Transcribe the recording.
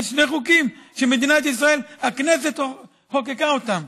יש שני חוקים שמדינת ישראל חוקקה אותם.